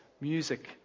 music